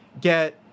get